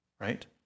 right